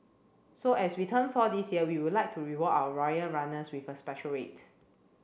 so as we turn four this year we would like to reward our loyal runners with a special rate